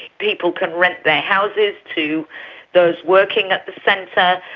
people can rent their houses to those working at the centre,